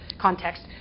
Context